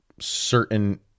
certain